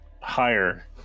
higher